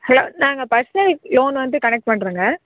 hello நாங்கள் personal loan வந்து connect பண்ணுறோங்க